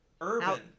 urban